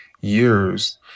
years